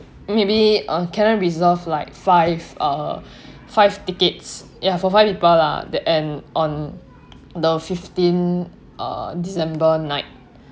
maybe uh can I reserve like five uh five tickets ya for five people lah that and on the fifteen uh december night